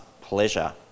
pleasure